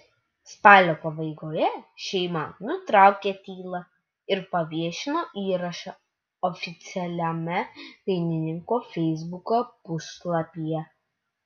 spalio pabaigoje šeima nutraukė tylą ir paviešino įrašą oficialiame dainininko feisbuko puslapyje